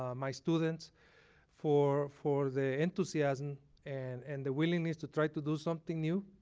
ah my students for for the enthusiasm and and the willingness to try to do something new,